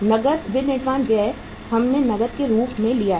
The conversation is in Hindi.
नकद विनिर्माण व्यय हमने नकद के रूप में लिया है